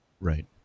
Right